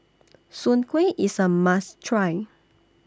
Soon Kueh IS A must Try